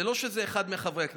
זה לא שזה אחד מחברי הכנסת.